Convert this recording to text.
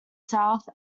south